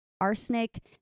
Arsenic